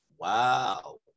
Wow